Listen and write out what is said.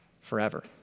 forever